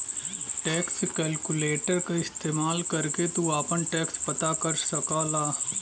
tax calculator क इस्तेमाल करके तू आपन टैक्स पता कर सकला